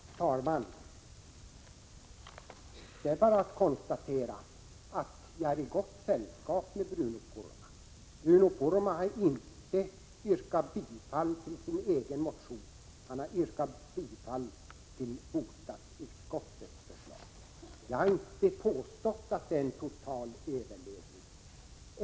Herr talman! Det är bara att konstatera att jag är i gott sällskap med Bruno Poromaa. Han har inte yrkat bifall till sin egen motion — han har yrkat bifall till bostadsutskottets förslag. Jag har inte påstått att det är fråga om en total överledning av Laisälven.